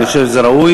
אני חושב שזה ראוי.